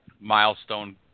milestone